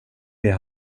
vill